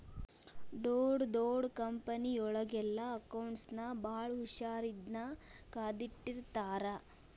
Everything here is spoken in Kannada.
ಡೊಡ್ ದೊಡ್ ಕಂಪನಿಯೊಳಗೆಲ್ಲಾ ಅಕೌಂಟ್ಸ್ ನ ಭಾಳ್ ಹುಶಾರಿನ್ದಾ ಕಾದಿಟ್ಟಿರ್ತಾರ